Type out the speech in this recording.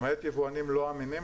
למעט יבואנים לא אמינים,